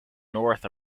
north